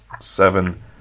seven